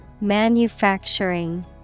Manufacturing